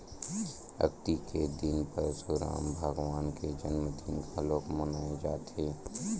अक्ती के दिन परसुराम भगवान के जनमदिन घलोक मनाए जाथे